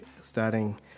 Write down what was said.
starting